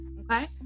okay